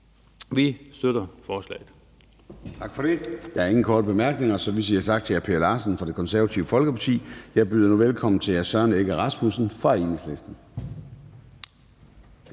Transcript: Vi støtter forslaget.